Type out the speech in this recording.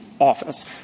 office